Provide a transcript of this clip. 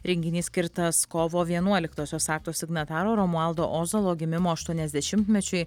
renginys skirtas kovo vienuoliktosios akto signataro romualdo ozolo gimimo aštuoniasdešimmečiui